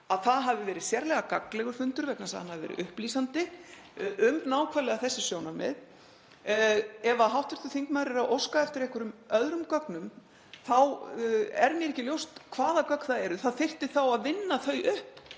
að það hafi verið sérlega gagnlegur fundur vegna þess að hann hafi verið upplýsandi um nákvæmlega þessi sjónarmið. Ef hv. þingmaður er að óska eftir einhverjum öðrum gögnum þá er mér ekki ljóst hvaða gögn það eru. Það þyrfti þá að vinna þau upp